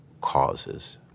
causes